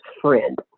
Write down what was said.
friend